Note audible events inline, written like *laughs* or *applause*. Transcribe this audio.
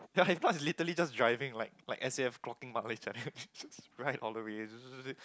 ya if not *laughs* literally just driving like like S_A_F clocking mileage like that *laughs* right all the way *noise*